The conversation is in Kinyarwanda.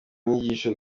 nyigisho